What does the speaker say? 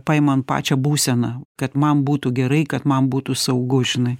paimam pačią būseną kad man būtų gerai kad man būtų saugu žinai